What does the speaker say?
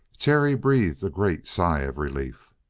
terry breathed a great sigh of relief.